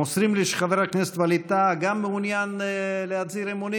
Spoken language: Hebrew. מוסרים לי שגם חבר הכנסת ווליד טאהא מעוניין להצהיר אמונים.